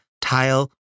tile